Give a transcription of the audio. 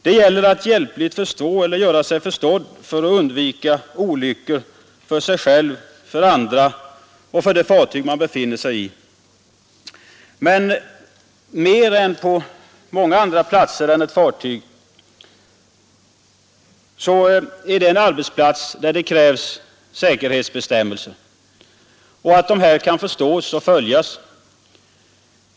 Det gäller att hjälpligt förstå eller göra sig förstådd för att undvika olyckor, för sig själv, för andra och för det fartyg man befinner sig på. Mer än många andra platser är ett fartyg en arbetsplats där det krävs säkerhetsbestämmelser — och att de kan förstås och följas.